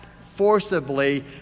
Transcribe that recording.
forcibly